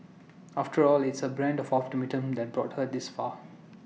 after all it's her brand of optimism that brought her this far